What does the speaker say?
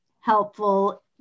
helpful